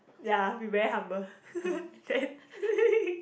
ya we very humble